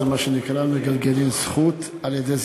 זה מה שנקרא, מגלגלין זכות על-ידי זכאי.